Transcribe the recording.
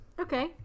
Okay